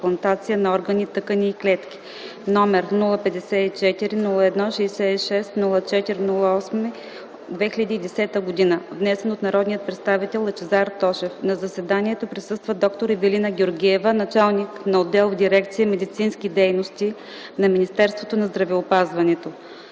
органи, тъкани и клетки,